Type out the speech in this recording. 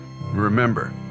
Remember